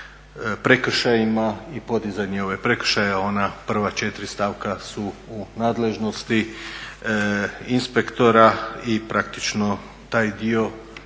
prekršajima i podizanju prekršaja ona prva četiri stavka su u nadležnosti inspektora i praktično taj dio